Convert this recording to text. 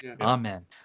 Amen